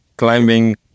climbing